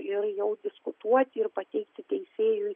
ir jau diskutuoti ir pateikti teisėjui